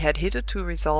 he had hitherto resolved,